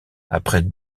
après